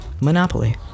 Monopoly